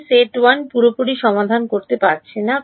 আমি সেট 1 পুরোপুরি সমাধান করতে পারছি না